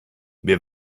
wir